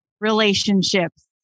relationships